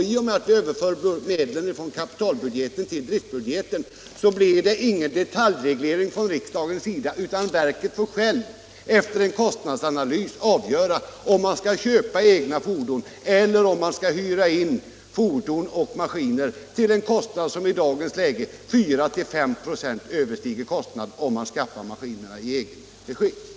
I och med att vi överför medlen från kapitalbudgeten till driftbudgeten blir det ingen detaljreglering från riksdagens sida, utan verket får självt efter en kostnadsanalys avgöra om man skall köpa egna fordon eller hyra in fordon och maskiner till en kostnad som i dagens läge med 4-5 96 överstiger kostnaderna om man skaffar maskinerna i egen regi. den det ej vill röstar nej.